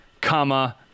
comma